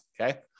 okay